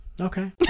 Okay